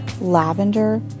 lavender